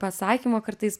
pasakymo kartais